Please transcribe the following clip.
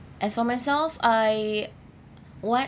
as for myself I what